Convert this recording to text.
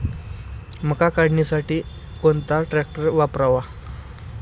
मका काढणीसाठी कोणता ट्रॅक्टर वापरावा?